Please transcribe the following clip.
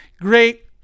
Great